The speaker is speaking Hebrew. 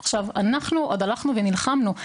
עכשיו, אנחנו עוד הלכנו ונלחמנו.